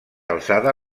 alçada